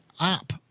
app